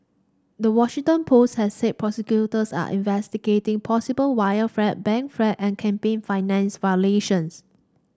the Washington Post has said prosecutors are investigating possible wire fraud bank fraud and campaign finance violations